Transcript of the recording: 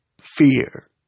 fear